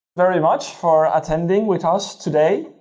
very much for attending with us today,